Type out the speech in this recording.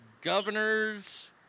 Governors